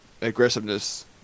aggressiveness